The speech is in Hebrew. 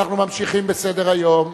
אנחנו ממשיכים בסדר-היום.